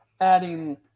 adding